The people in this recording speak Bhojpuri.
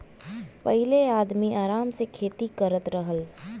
पहिले आदमी आराम से खेती करत रहल